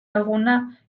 alguna